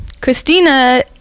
Christina